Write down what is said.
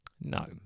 No